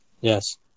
yes